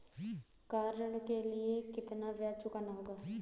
Car ऋण के लिए कितना ब्याज चुकाना होगा?